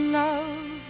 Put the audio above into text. love